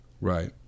right